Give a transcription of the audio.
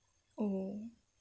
oh